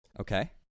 Okay